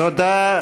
תודה.